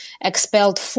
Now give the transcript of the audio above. expelled